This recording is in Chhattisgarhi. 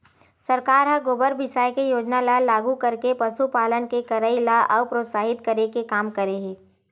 सरकार ह गोबर बिसाये के योजना ल लागू करके पसुपालन के करई ल अउ प्रोत्साहित करे के काम करे हे